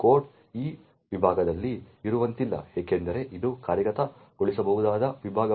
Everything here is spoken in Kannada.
ಕೋಡ್ ಆ ವಿಭಾಗದಲ್ಲಿ ಇರುವಂತಿಲ್ಲ ಏಕೆಂದರೆ ಅದು ಕಾರ್ಯಗತಗೊಳಿಸಬಹುದಾದ ವಿಭಾಗವಲ್ಲ